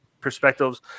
perspectives